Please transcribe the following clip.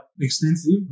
extensive